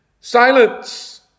silence